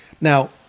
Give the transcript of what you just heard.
Now